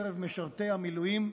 בקרב משרתי המילואים.